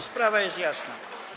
Sprawa jest jasna.